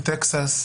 בטקסס,